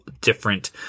different